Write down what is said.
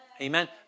Amen